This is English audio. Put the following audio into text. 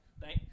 Thank